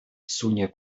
sunie